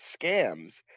scams